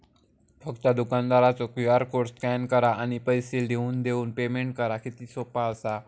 फक्त दुकानदारचो QR code scan करा आणि पैसे लिहून देऊन पेमेंट करा किती सोपा असा